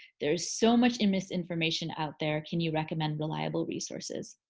there's so much misinformation out there. can you recommend reliable resources?